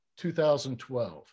2012